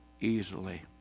easily